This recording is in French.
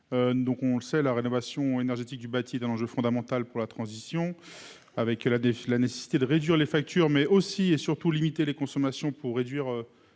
donc on le sait, la rénovation énergétique du bâti d'un enjeu fondamental pour la transition avec la défaite, la nécessité de réduire les factures, mais aussi et surtout limiter les consommations pour réduire